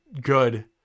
good